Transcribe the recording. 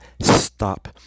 stop